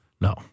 No